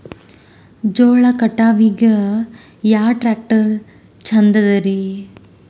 ಜೋಳ ಕಟಾವಿಗಿ ಯಾ ಟ್ಯ್ರಾಕ್ಟರ ಛಂದದರಿ?